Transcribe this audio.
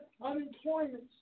unemployment